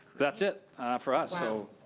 that's it for us, so.